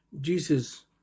Jesus